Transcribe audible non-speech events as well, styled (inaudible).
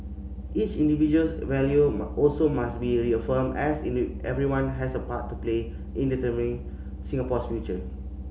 each individual's value (unintelligible) also must be reaffirmed as (unintelligible) everyone has a part to play in determining Singapore's future